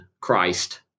Christ